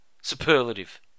Superlative